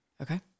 Okay